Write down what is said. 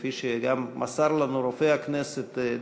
כפי שגם מסר לנו רופא הכנסת,